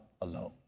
alone